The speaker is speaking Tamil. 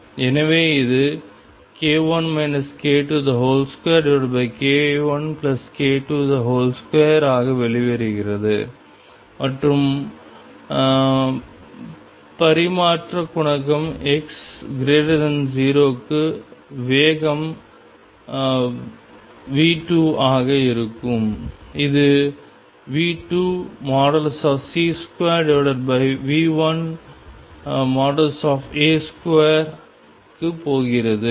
எனவே இது k1 k22 k1k22 ஆக வெளிவருகிறது மற்றும் பரிமாற்ற குணகம் x0 க்கு வேகம் v2 ஆக இருக்கும் இது v2C2v1A2 க்கு போகிறது